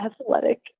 athletic